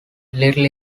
little